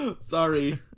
Sorry